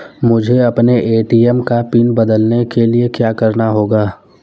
मुझे अपने ए.टी.एम का पिन बदलने के लिए क्या करना होगा?